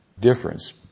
difference